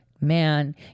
man